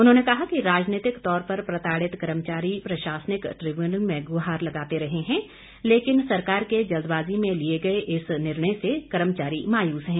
उन्होंने कहा कि राजनीतिक तौर पर प्रताड़ित कर्मचारी प्रशासनिक ट्रिब्यूनल में गुहार लगाते रहे हैं लेकिन सरकार के जल्दबाज़ी में लिए गए इस निर्णय से कर्मचारी मायूस हैं